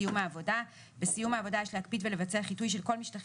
בסיום העבודה יש להקפיד ולבצע חיטוי של כל משטחי